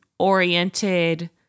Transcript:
Oriented